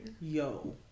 Yo